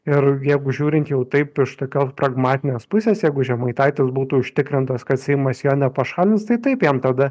ir jeigu žiūrint jau taip iš tokio pragmatinės pusės jeigu žemaitaitis būtų užtikrintas kad seimas jo nepašalins tai taip jam tada